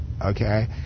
okay